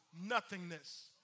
Nothingness